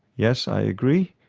yes, i agree.